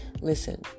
listen